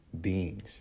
beings